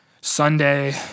sunday